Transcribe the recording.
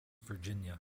virginia